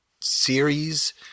series